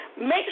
Make